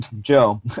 Joe